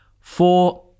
Four